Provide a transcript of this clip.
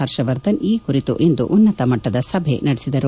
ಹರ್ಷವರ್ಧನ್ ಈ ಕುರಿತು ಇಂದು ಉನ್ನತ ಮಟ್ಟದ ಸಭೆ ನಡೆಸಿದರು